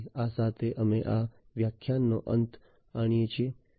તેથી આ સાથે અમે આ વ્યાખ્યાનનો અંત આણીએ છીએ